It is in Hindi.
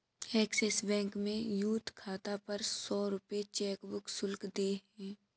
एक्सिस बैंक में यूथ खाता पर सौ रूपये चेकबुक शुल्क देय है